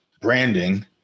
branding